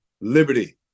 liberty